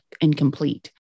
incomplete